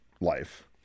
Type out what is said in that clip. life